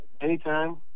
anytime